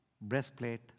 Breastplate